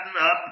up